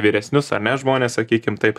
vyresnius ar ne žmones sakykime taip